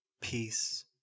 peace